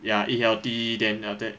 ya eat healthy then after that